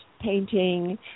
painting